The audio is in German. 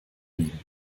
lieben